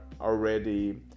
already